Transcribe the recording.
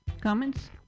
Comments